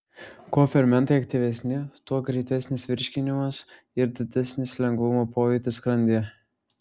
kuo fermentai aktyvesni tuo greitesnis virškinimas ir didesnis lengvumo pojūtis skrandyje